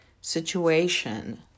situation